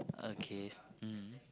okay mm